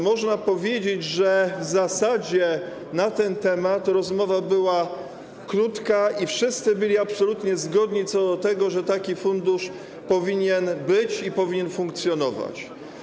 Można powiedzieć, że w zasadzie rozmowa na ten temat była krótka i wszyscy byli absolutnie zgodni co do tego, że taki fundusz powinien być i powinien funkcjonować.